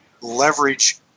leverage